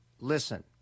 listen